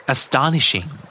Astonishing